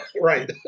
Right